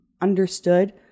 understood